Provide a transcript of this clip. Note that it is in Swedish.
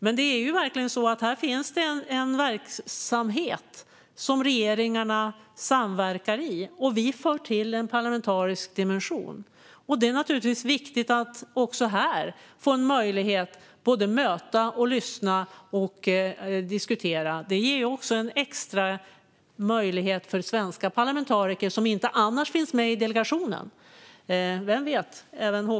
Här finns verkligen en verksamhet som regeringarna samverkar i, och vi för till en parlamentarisk dimension. Det är viktigt att också här få möjlighet att såväl mötas som lyssna och diskutera. Det ger också svenska parlamentariker, som inte annars finns med i delegationen, en extra möjlighet. Vem vet?